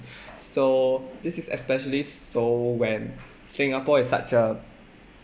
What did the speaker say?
so this is especially so when singapore is such a